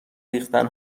ریختن